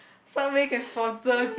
subway can sponsor